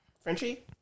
Frenchie